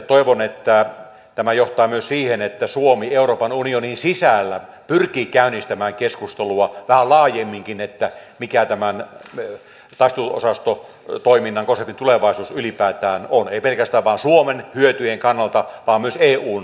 toivon että tämä johtaa myös siihen että suomi euroopan unionin sisällä pyrkii käynnistämään keskustelua vähän laajemminkin siitä mikä tämän taisteluosastotoiminnan konseptin tulevaisuus ylipäätään on ei pelkästään suomen hyötyjen kannalta vaan myös eun näkökulmasta katsottuna